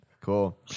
cool